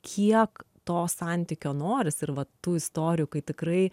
kiek to santykio norisi ir vat tų istorijų kai tikrai